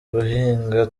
guhinga